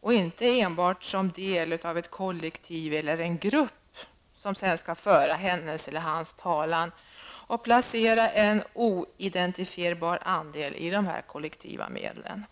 och inte enbart som del av ett kollektiv eller grupp, som skall föra hennes eller hans talan och placera en oidentifierbar andel i kollektiva medel.